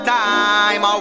time